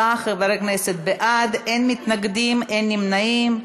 64 חברי כנסת בעד, אין מתנגדים, אין נמנעים.